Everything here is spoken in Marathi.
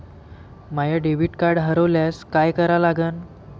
माय डेबिट कार्ड हरोल्यास काय करा लागन?